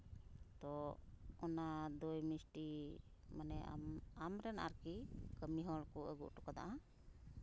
ᱛᱳ ᱚᱱᱟ ᱫᱳᱭ ᱢᱤᱥᱴᱤ ᱢᱟᱱᱮ ᱟᱢᱨᱮᱱ ᱟᱨᱠᱤ ᱠᱟᱹᱢᱤ ᱦᱚᱲ ᱠᱚ ᱟᱹᱜᱩ ᱦᱚᱴᱚ ᱟᱠᱟᱫᱟ